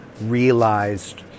realized